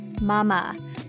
Mama